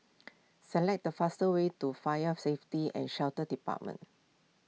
select the fastest way to Fire Safety and Shelter Department